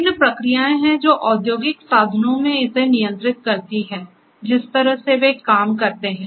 विभिन्न प्रक्रियाएं हैं जो औद्योगिक साधनों में इसे नियंत्रित करती हैं जिस तरह से वे काम करते हैं